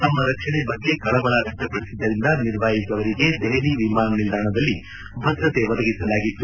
ತಮ್ನ ರಕ್ಷಣೆ ಬಗ್ಗೆ ಕಳವಳ ವ್ಯಕ್ತಪಡಿಸಿದ್ದರಿಂದ ಮಿರ್ವಾಯಿಜ್ ಅವರಿಗೆ ದೆಹಲಿ ವಿಮಾನ ನಿಲ್ದಾಣದಲ್ಲಿ ಭದ್ರತೆ ಒದಗಿಸಲಾಗಿತ್ತು